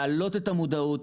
להעלות את המודעות,